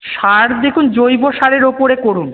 সার দেখুন জৈব সারের উপরে করুন